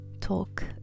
Talk